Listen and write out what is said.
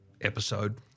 episode